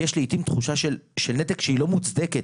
יש לעיתים תחושה של נתק שהיא לא מוצדקת,